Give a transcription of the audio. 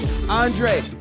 Andre